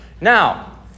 now